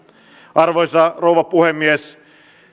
arvoisa rouva puhemies